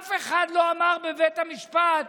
אף אחד לא אמר בבית המשפט